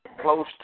close